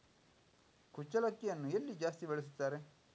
ಕುಚ್ಚಲಕ್ಕಿಯನ್ನು ಎಲ್ಲಿ ಜಾಸ್ತಿ ಬೆಳೆಸುತ್ತಾರೆ?